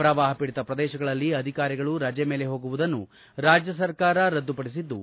ಪ್ರವಾಹ ಪೀಡಿತ ಪ್ರದೇಶಗಳಲ್ಲಿ ಅಧಿಕಾರಿಗಳು ರಜೆ ಮೇಲೆ ಹೋಗುವುದನ್ನು ರಾಜ್ಯ ಸರ್ಕಾರ ರದ್ದುಪಡಿಸಿದ್ದು